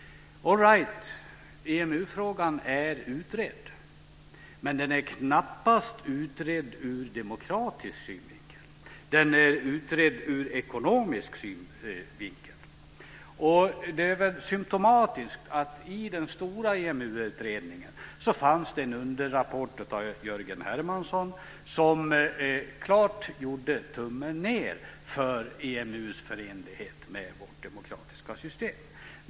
All right, EMU-frågan är utredd, men den är knappast utredd ur demokratisk synvinkel. Den är utredd ur ekonomisk synvinkel. Det är väl symtomatiskt att det i den stora EMU utredningen fanns en underrapport av Jörgen Hermansson som klart gjorde tummen ned för EMU:s förenlighet med vårt demokratiska system.